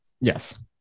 yes